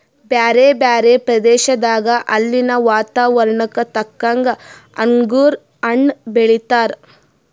ಬ್ಯಾರೆ ಬ್ಯಾರೆ ಪ್ರದೇಶದಾಗ ಅಲ್ಲಿನ್ ವಾತಾವರಣಕ್ಕ ತಕ್ಕಂಗ್ ಅಂಗುರ್ ಹಣ್ಣ್ ಬೆಳೀತಾರ್